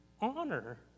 honor